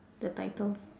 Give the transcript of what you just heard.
the title